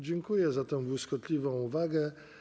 Dziękuję za tę błyskotliwą uwagę.